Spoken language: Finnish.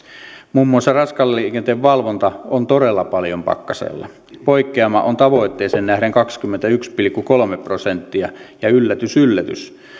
muun muassa raskaan liikenteen valvonta on todella paljon pakkasella poikkeama on tavoitteeseen nähden kaksikymmentäyksi pilkku kolme prosenttia ja yllätys yllätys